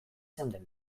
zeunden